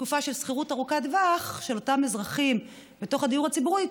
תקופה של שכירות ארוכת טווח של אותם אזרחים בתוך הדיור הציבורי,